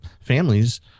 families